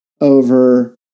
over